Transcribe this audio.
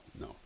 no